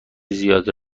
زیاده